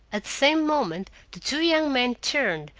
at the same moment the two young men turned,